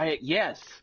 yes